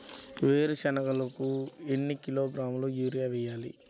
వేరుశనగకు ఎన్ని కిలోగ్రాముల యూరియా వేయాలి?